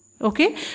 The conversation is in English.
Okay